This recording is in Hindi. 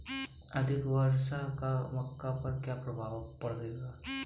अधिक वर्षा का मक्का पर क्या प्रभाव पड़ेगा?